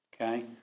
Okay